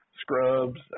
Scrubs